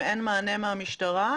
אם אין מענה מהמשטרה,